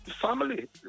family